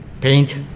paint